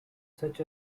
such